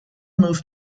moved